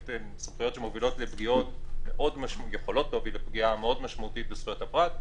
סמכויות שיכולות להוביל לפגיעה מאוד משמעותית בזכות הפרט,